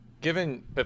given